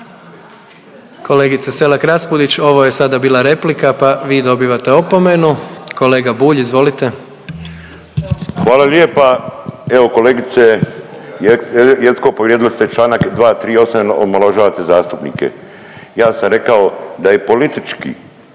Kolegice Selak Raspudić ovo je sada bila replika pa vi dobivate opomenu. Kolega Bulj izvolite. **Bulj, Miro (MOST)** Hvala lijepa. Evo kolegice Jeckov povrijedili ste čl. 238., omalovažavate zastupnike. Ja sam rekao da je politički,